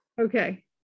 Okay